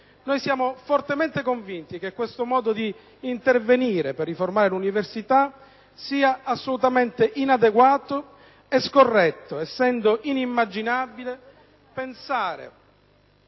Noi siamo fortemente convinti che questo modo di intervenire per riformare l'università sia assolutamente inadeguato e scorretto, essendo inimmaginabile pensare